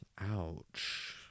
Ouch